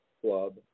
club